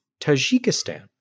Tajikistan